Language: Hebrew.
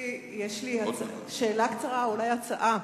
יש לי שאלה קצרה, או אולי הצעה.